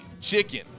chicken